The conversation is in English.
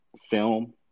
Film